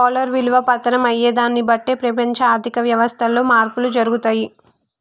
dollar విలువ పతనం అయ్యేదాన్ని బట్టే ప్రపంచ ఆర్ధిక వ్యవస్థలో మార్పులు జరుగుతయి